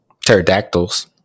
pterodactyls